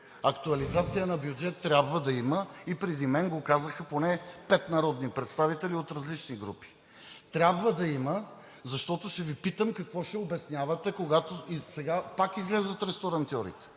актуализация на бюджета трябва да има и преди мен го казаха поне петима народни представители от различни групи. Трябва да има, защото ще Ви питам какво ще обяснявате, когато сега пак излязат ресторантьорите,